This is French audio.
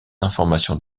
informations